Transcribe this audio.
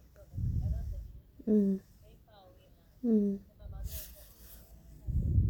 mm mm